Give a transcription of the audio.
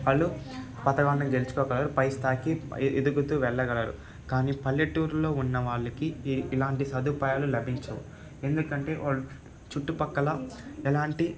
వాళ్ళు పథకాన్ని గెలుచుకోగలరు పై స్థాయికి ఎదుగుతు వెళ్ళగలరు కానీ పల్లెటూర్లో ఉన్న వాళ్ళకి ఇ ఇలాంటి సదుపాయాలు లభించవు ఎందుకంటే వాళ్ళ చుట్టుపక్కల ఎలాంటి